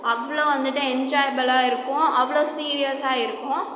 அவ்வளோ வந்துவிட்டு என்ஜாய்பலாக இருக்கும் அவ்வளோ சீரியஸாக இருக்கும்